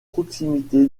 proximité